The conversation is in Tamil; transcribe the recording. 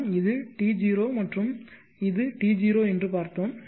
நாம் இது T0 மற்றும் இது T0 என்று பார்த்தோம்